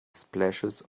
splashes